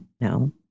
no